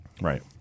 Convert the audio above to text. Right